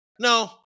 no